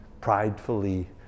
pridefully